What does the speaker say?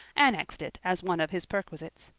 annexed it as one of his perquisites.